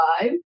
five